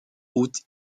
haut